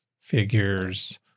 figures